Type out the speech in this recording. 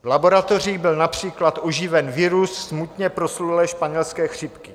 V laboratoři byl například oživen virus smutně proslulé španělské chřipky.